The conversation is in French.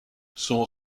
son